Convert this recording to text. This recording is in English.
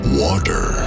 water